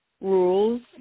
rules